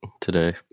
today